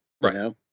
Right